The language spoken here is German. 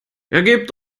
ergebt